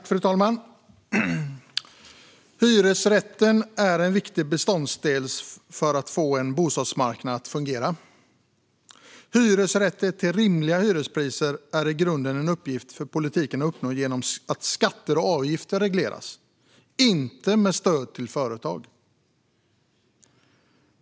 Fru talman! Hyresrätten är en viktig beståndsdel för att få en bostadsmarknad att fungera. Hyresrätter till rimliga hyrespriser är i grunden en uppgift för politiken att uppnå genom att skatter och avgifter regleras och inte genom stöd till företag.